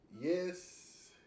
Yes